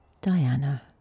Diana